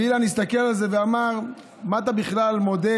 ואילן הסתכל על זה ואמר: מה אתה בכלל מודה?